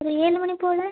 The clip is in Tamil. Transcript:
ஒரு ஏழு மணி போல்